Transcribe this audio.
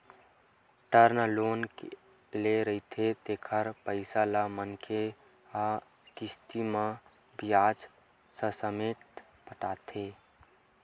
term loan ले रहिथे तेखर पइसा ल मनखे ह किस्ती म बियाज ससमेत पटाथे